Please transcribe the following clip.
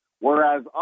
whereas